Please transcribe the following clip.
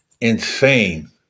insane